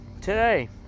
today